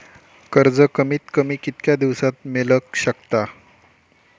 कर्ज कमीत कमी कितक्या दिवसात मेलक शकता?